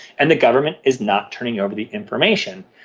and the government is not turning over the information.